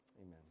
amen